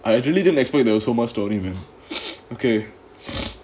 I actually didn't expect there was so much story man okay